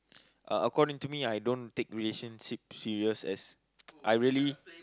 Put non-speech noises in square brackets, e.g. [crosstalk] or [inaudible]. uh according to me I don't take relationship serious as [noise] I really